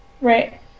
Right